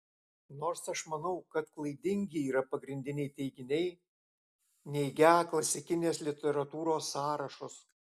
nors aš manau kad klaidingi yra pagrindiniai teiginiai neigią klasikinės literatūros sąrašus